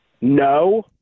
No